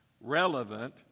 relevant